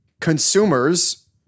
Consumers